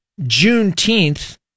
Juneteenth